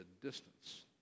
distance